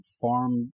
farm